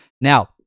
Now